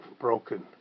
broken